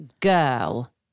girl